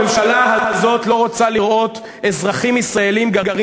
הממשלה הזאת לא רוצה לראות אזרחים ישראלים גרים